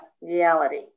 reality